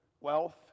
wealth